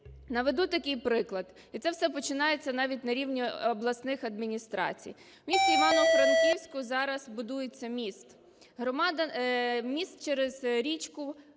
Наведу такий приклад. Це все починається навіть на рівні обласних адміністрацій. У місті Івану-Франківську зараз будується міст – міст через річку